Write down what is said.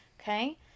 Okay